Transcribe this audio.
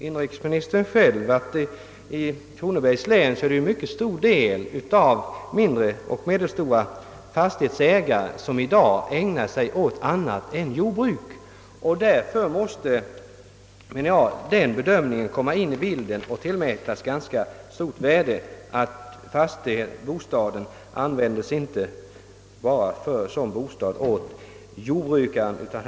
Inrikesministern vet själv att en mycket stor del av ägarna till mindre och medelstora fastigheter i Kronobergs län vid sidan av jordbruket har deltidsarbete i annan sysselsättning. Detta förhållande måste tillmätas ganska stor betydelse vid bedömningen av frågan.